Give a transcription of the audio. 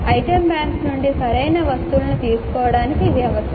item bank నుండి సరైన వస్తువులను తీసుకోవడానికి ఇది అవసరం